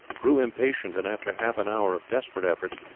grew impatient, and after half an hour of desperate efforts,